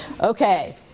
Okay